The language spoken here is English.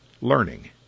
learning